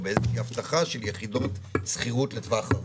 באיזו שהיא הבטחה של יחידות שכירות לטווח ארוך.